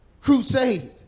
crusade